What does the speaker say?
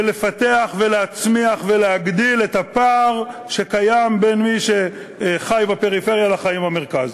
ולפתח ולהצמיח ולהגדיל את הפער הקיים בין מי שחי בפריפריה לחיים במרכז?